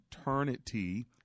eternity